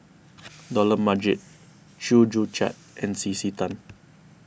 Dollah Majid Chew Joo Chiat and C C Tan